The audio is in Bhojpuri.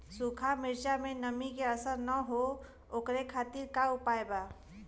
सूखा मिर्चा में नमी के असर न हो ओकरे खातीर का उपाय बा?